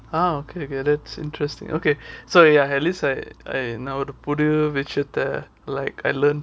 ah okay okay that's interesting okay so ya at least like நான் ஒரு புதிய விஷயத்தை:nan oru pudhiya vishayatha like I learn